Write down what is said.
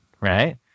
right